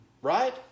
Right